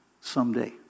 someday